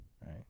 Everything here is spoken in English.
right